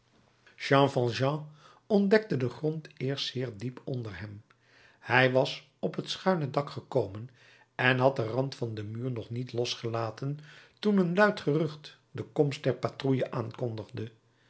jean valjean ontdekte den grond eerst zeer diep onder hem hij was op het schuine dak gekomen en had den rand van den muur nog niet losgelaten toen een luid gerucht de komst der patrouille aankondigde